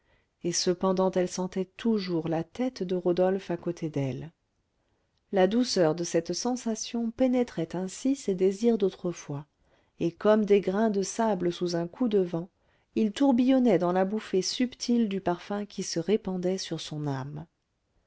et cependant elle sentait toujours la tête de rodolphe à côté d'elle la douceur de cette sensation pénétrait ainsi ses désirs d'autrefois et comme des grains de sable sous un coup de vent ils tourbillonnaient dans la bouffée subtile du parfum qui se répandait sur son âme